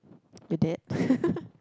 your dad